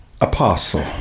Apostle